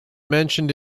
mentioned